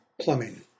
plumbing